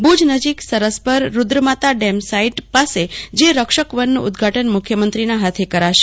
ભુજ નજીક Saraspar Rudramata dam site પાસે જે રક્ષકવનનું ઉદઘાટન મુખ્યમંત્રીના હાથે કરાશે